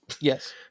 Yes